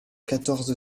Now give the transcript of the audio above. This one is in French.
quatorze